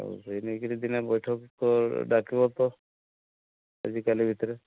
ଆଉ ସେଇ ନେଇକି ଦିନେ ବୈଠକ ଡାକିବ ତ ଆଜିକାଲି ଭିତରେ